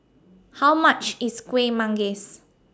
How much IS Kuih Manggis